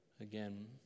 again